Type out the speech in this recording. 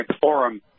Forum